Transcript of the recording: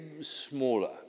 smaller